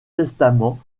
testament